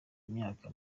imyaka